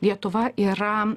lietuva yra